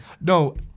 No